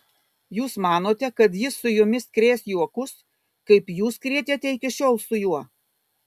jūs manote kad jis su jumis krės juokus kaip jūs krėtėte iki šiol su juo